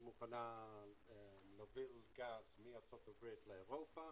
היא מוכנה להוביל גז מארצות הברית לאירופה